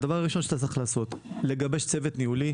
הדבר הראשון שאתה צריך לעשות זה לגבש צוות ניהולי,